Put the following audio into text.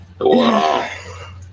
Wow